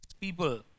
people